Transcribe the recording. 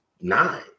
nine